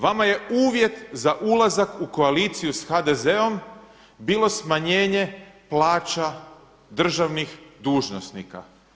Vama je uvjet za ulazak u koaliciju s HDZ-om bilo smanjenje plaća državnih dužnosnika.